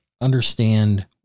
understand